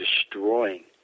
destroying